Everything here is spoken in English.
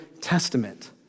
Testament